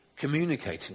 Communicating